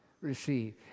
Receive